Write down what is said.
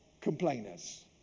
complainers